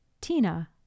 Tina